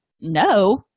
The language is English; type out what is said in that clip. no